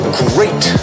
great